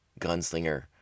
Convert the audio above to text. gunslinger